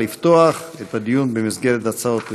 לפתוח את הדיון במסגרת ההצעות לסדר-היום.